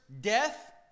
death